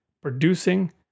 producing